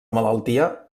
malaltia